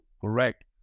correct